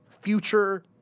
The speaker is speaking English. future